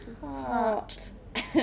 heart